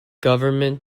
government